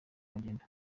magendu